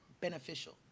beneficial